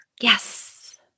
Yes